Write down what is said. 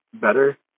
better